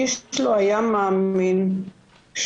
איש לא היה מאמין שאני,